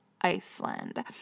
Iceland